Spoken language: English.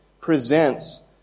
presents